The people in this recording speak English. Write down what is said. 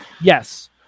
Yes